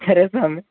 ಖರೆ ಸ್ವಾಮಿ